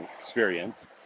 experience